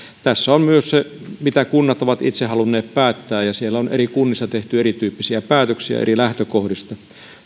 tässä on myös se mitä kunnat ovat itse halunneet päättää ja siellä on eri kunnissa tehty erityyppisiä päätöksiä eri lähtökohdista